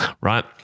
right